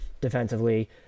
defensively